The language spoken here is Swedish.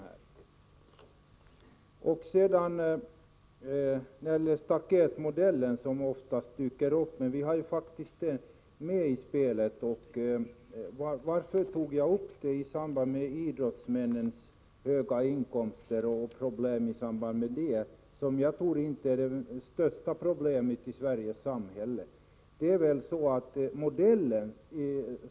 När det gäller staketmodellen, som ofta dyker upp, har vi den faktiskt med i spelet. Idrottsmännens höga inkomster och problemen i samband därmed hör inte till de större problemen i det svenska samhället.